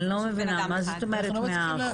אני לא מבינה, מה זאת אומרת 100%?